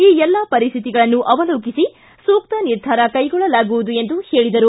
ಈ ಎಲ್ಲಾ ಪರಿಸ್ಥಿತಿಗಳನ್ನು ಅವಲೋಕಿಸಿ ಸೂಕ್ತ ನಿರ್ಧಾರ ಕೈಗೊಳ್ಳಲಾಗುವುದು ಎಂದು ಸಚಿವರು ತಿಳಿಸಿದರು